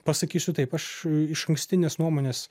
pasakysiu taip aš išankstinės nuomonės